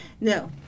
No